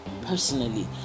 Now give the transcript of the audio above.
personally